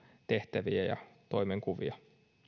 tehtäviä ja toimenkuvia